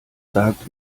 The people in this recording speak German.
sagt